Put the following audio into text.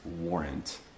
warrant